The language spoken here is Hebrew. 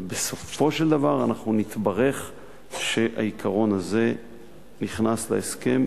ובסופו של דבר אנחנו נתברך בכך שהעיקרון הזה נכנס להסכם